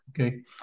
Okay